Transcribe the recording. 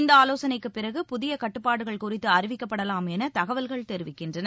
இந்த ஆலோசனைக்குப்பிறகு புதிய கட்டுப்பாடுகள் குறித்து அறிவிக்கப்படலாம் என தகவல்கள் தெரிவிக்கின்றன